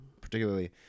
particularly